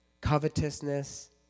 covetousness